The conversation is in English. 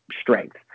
strength